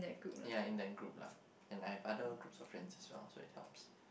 yeah in that group lah and I have other closer friends as well so it helps